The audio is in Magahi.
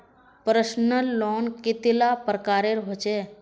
पर्सनल लोन कतेला प्रकारेर होचे?